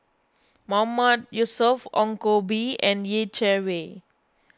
Mahmood Yusof Ong Koh Bee and Yeh Chi Wei